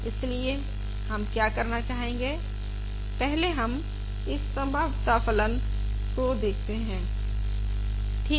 इसलिए हम क्या करना चाहेंगे पहले हम इस संभाव्यता फलन को देखते हैं ठीक